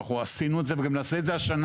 אנחנו עשינו את זה וגם נעשה את זה השנה.